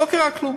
לא קרה כלום.